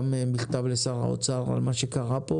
גם מכתב לשר האוצר על מה שקרה פה,